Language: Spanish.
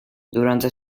durante